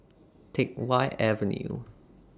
Teck Whye Avenue